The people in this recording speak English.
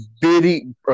bitty